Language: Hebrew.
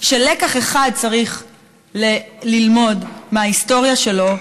לקח אחד צריכים ללמוד מההיסטוריה שלנו: